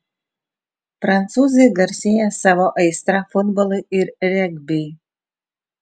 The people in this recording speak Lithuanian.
prancūzai garsėja savo aistra futbolui ir regbiui